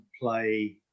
play